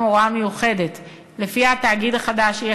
במסגרת דיוני הוועדה הוספנו הוראה מיוחדת שלפיה התאגיד החדש יהיה